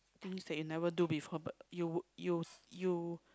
things that you never do before but you you you